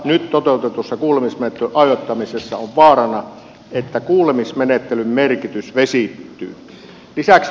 nyt toteutetussa kuulemismenettelyn ajoittamisessa on vaarana että kuulemismenettelyjen merkitys vesittyy